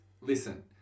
listen